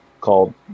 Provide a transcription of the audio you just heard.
called